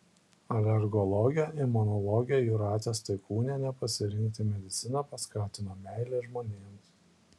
alergologę imunologę jūratę staikūnienę pasirinkti mediciną paskatino meilė žmonėms